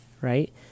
right